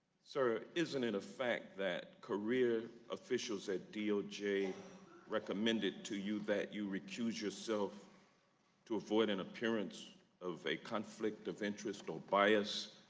sir isn't it a fact that career officials at doj recommended to you that you recuse yourself to avoid an appearance of a conflict of interest or bias?